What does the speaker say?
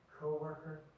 co-worker